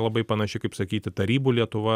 labai panaši kaip sakyti tarybų lietuva